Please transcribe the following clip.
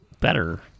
better